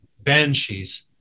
banshees